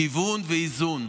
גיוון ואיזון.